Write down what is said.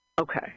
Okay